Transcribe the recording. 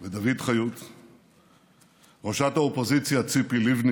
לקבל ממדינת ישראל את התקציבים אבל זה לא בסדר להניף את דגל